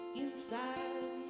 inside